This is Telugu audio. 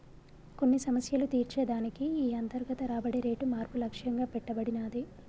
కొన్ని సమస్యలు తీర్చే దానికి ఈ అంతర్గత రాబడి రేటు మార్పు లక్ష్యంగా పెట్టబడినాది